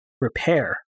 repair